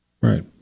right